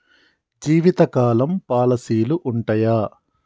జీవితకాలం పాలసీలు ఉంటయా?